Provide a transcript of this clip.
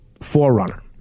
Forerunner